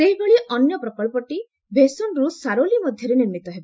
ସେହିଭଳି ଅନ୍ୟ ପ୍ରକଳ୍ପଟି ଭେସନ୍ ରୁ ସାରୋଲି ମଧ୍ୟରେ ନିର୍ମିତ ହେବ